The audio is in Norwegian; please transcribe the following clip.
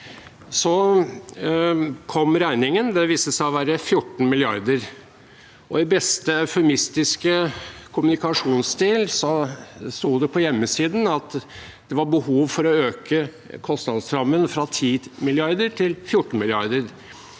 Så kom regningen. Den viste seg å være på 14 mrd. kr. I beste eufemistiske kommunikasjonsstil sto det på hjemmesiden at det var behov for å øke kostnadsrammen fra 10 mrd. kr til 14 mrd.